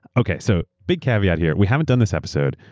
okay, so big caveat here. we haven't done this episode.